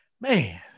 man